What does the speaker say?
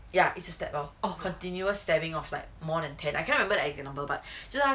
ya 一直 stab lor continuous stabbing like more than ten I cannot remember the number but 就是他